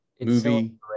movie